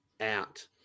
out